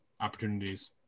opportunities